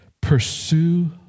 Pursue